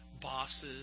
bosses